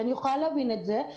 אני יכולה להבין את זה.